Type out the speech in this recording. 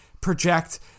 project